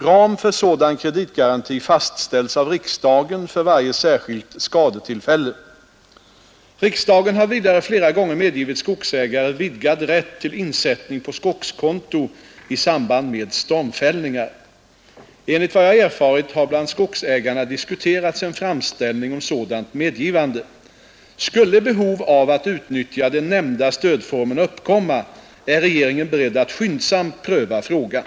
Ram för sådan kreditgaranti fastställs av riksdagen för varje särskilt skadetillfälle. Riksdagen har vidare flera gånger medgivit skogsägare vidgad rätt till insättning på skogskonto i samband med stormfällningar. Enligt vad jag erfarit har bland skogsägarna diskuterats en framställning om sådant medgivande. Skulle behov av att utnyttja de nämnda stödformerna uppkomma är regeringen beredd att skyndsamt pröva frägan.